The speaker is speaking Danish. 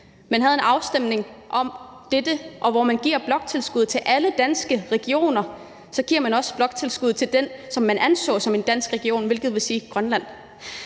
man havde en afstemning om at give bloktilskud til alle danske regioner, gav man også bloktilskud til den, som man anså som en dansk region, og det vil sige Grønland.